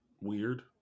Weird